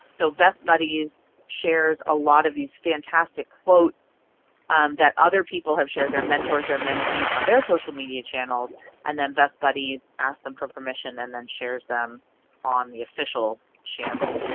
so best buddies shares a lot of these fantastic quotes that other people have shared, their mentors, their mentees on their social media channels and then best buddies asks them for permission and then shares them on the official channel.